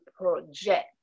project